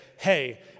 hey